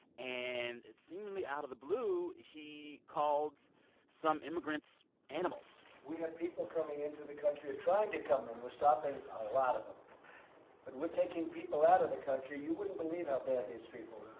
and seemingly out of the blue, he called some immigrants animals we have people coming into the country, or trying to come in. we're stopping a lot of them. but we're taking people out of the country. you wouldn't believe how bad these people are.